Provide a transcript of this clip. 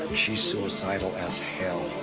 she's suicidal as ah hell.